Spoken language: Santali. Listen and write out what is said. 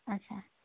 ᱟᱪᱪᱷᱟ